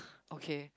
okay